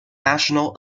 national